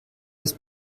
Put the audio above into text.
des